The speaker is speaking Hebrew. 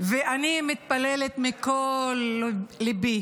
ואני מתפללת מכל ליבי